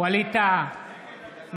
ווליד טאהא,